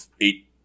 eight